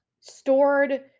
Stored